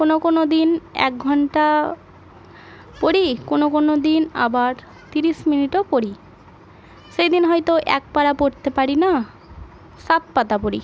কোনো কোনো দিন এক ঘন্টা পড়ি কোনো কোনো দিন আবার তিরিশ মিনিটও পড়ি সেই দিন হয়তো এক প্যারা পড়তে পারি না সাত পাতা পড়ি